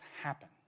happen